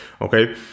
okay